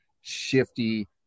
shifty